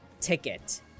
ticket